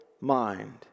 mind